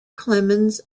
clemens